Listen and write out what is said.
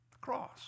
cross